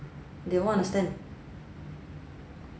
they don't understand